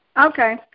Okay